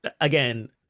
Again